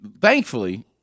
thankfully